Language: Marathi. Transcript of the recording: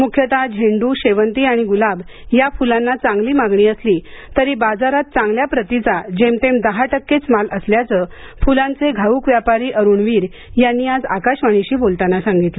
मुख्यत झेंडु शेवंती आणि गुलाब या फुलांना चांगली मागणी असली तरी बाजारात चांगल्या प्रतीचा जेमतेम दहा टक्केच माल असल्याचं फुलांचे घाऊक व्यापारी अरुण वीर यांनी आज आकाशवाणीशी बोलताना सांगितलं